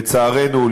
לצערנו,